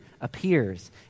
appears